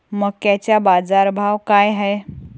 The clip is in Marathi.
मक्याचा बाजारभाव काय हाय?